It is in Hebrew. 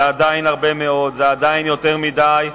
זה עדיין הרבה מאוד, זה עדיין יותר מדי,